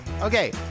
Okay